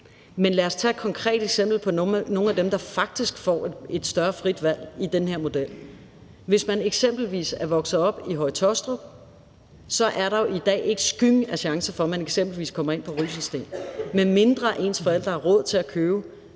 Men lad os tage et konkret eksempel på nogle af dem, der faktisk får et større frit valg i den her model. Hvis man eksempelvis er vokset op i Høje-Taastrup, er der jo i dag ikke skyggen af chance for, at man kommer ind på eksempelvis Rysensteen Gymnasium, medmindre ens forældre har råd til at købe